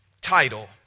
title